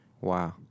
Wow